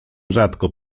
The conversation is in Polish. rzadko